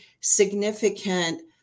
significant